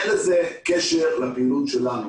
אין לזה קשר לפעילות שלנו.